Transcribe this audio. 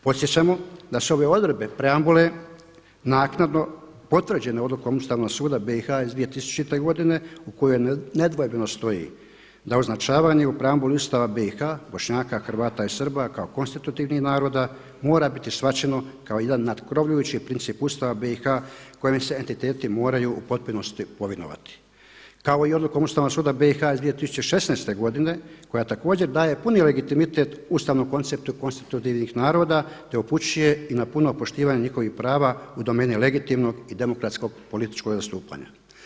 Podsjećamo da se ove odredbe preambule naknadno potvrđene odlukom Ustavnog suda BiH iz 2000. godine u kojoj nedvojbeno stoji da označavanje u preambuli Ustava BiH Bošnjaka, Hrvata i Srba kao konstitutivnih naroda mora biti shvaćeno kao jedan natkrovljujući princip Ustava BiH kojim se entiteti moraju u potpunosti povinovati kao i odlukom Ustavnog suda BiH iz 2016. koja također kaje puni legitimitet ustavnom konceptu konstitutivnih naroda, te upućuje i na puno poštivanje njihovih prava u domeni legitimnog i demokratskog političkog zastupanja.